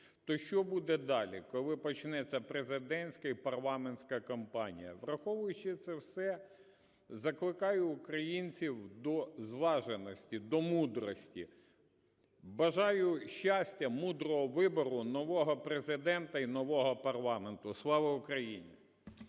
то що буде далі, коли почнеться президентська і парламентська кампанія. Враховуючи все це, закликаю українців до зваженості, до мудрості. Бажаю щастя, мудрого вибору, нового Президента і нового парламенту. Слава Україні!